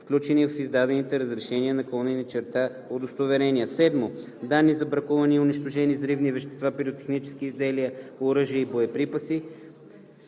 включени в издадените разрешения/удостоверения; 7. данни за бракувани и унищожени взривни вещества, пиротехнически изделия, оръжия и боеприпаси;